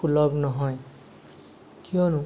সুলভ নহয় কিয়নো